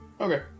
Okay